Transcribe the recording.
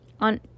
on